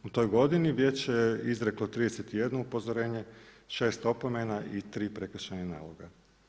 U toj godini vijeće je izreklo 31 upozorenje, 6 opomena i 3 prekršajna naloga.